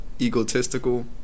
egotistical